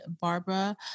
Barbara